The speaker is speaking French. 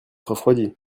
refroidit